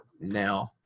Now